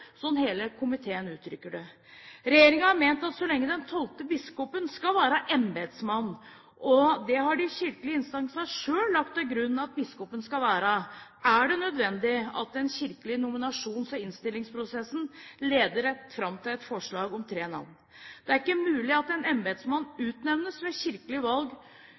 hele komiteen uttrykker det. Regjeringen har ment at så lenge den tolvte biskopen skal være embetsmann, og det har de kirkelige instansene selv lagt til grunn at biskopen skal være, er det nødvendig at den kirkelige nominasjons- og innstillingsprosessen leder fram til et forslag om tre navn. Det er ikke mulig at en embetsmann utnevnes ved et kirkelig valg